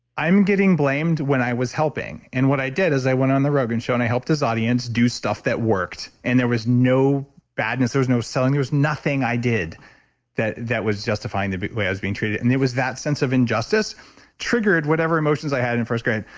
i'm getting blamed when i was helping. and what i did is i went on the rogan show and i helped his audience do stuff that worked. and there was no badness. there was no selling, there was nothing i did that that was justifying the way i was being treated. and it was that sense of injustice triggered whatever emotions i had in first grade.